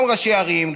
גם ראשי ערים,